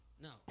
No